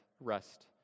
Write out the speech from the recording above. rest